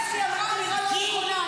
נניח שהיא אמרה אמירה לא נכונה,